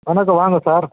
வணக்கம் வாங்க சார்